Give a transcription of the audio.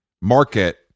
market